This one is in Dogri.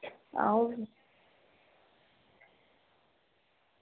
आं